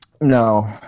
No